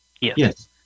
Yes